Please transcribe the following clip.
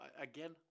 again